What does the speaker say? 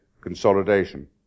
consolidation